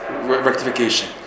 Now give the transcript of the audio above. rectification